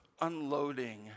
unloading